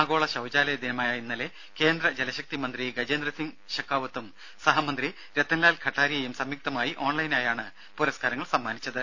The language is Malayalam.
ആഗോള ശൌചാലയ ദിനമായ ഇന്നലെ കേന്ദ്ര ജലശക്തി മന്ത്രി ഗജേന്ദ്രസിംഗ് ഷെഖാവതും സഹമന്ത്രി രത്തൻലാൽ ഖട്ടാരിയയും സംയുക്തമായി ഓൺലൈനായാണ് പുരസ്കാരങ്ങൾ സമ്മാനിച്ചത്